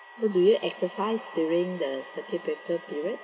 so do you exercise during the circuit breaker period